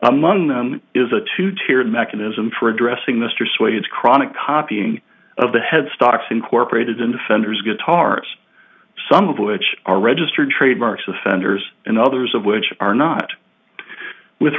among them is a two tiered mechanism for addressing mr swades chronic copying of the headstocks incorporated into fenders guitars some of which are registered trademarks of fenders and others of which are not with